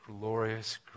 glorious